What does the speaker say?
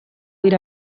dira